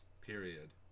Period